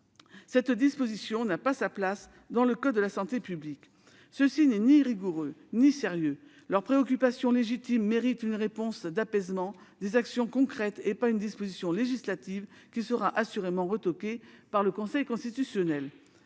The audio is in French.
Cette disposition n'a pas sa place dans le code de la santé publique ; une telle inscription n'est ni rigoureuse ni sérieuse. Les préoccupations légitimes de ces personnels méritent une réponse d'apaisement, des actions concrètes, et non une disposition législative qui sera assurément retoquée par le Conseil constitutionnel.